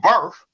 birth